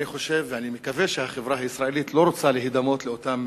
אני חושב ומקווה שהחברה הישראלית לא רוצה להידמות לאותם